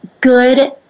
good